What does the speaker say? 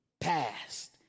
past